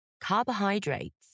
carbohydrates